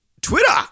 Twitter